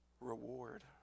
reward